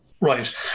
Right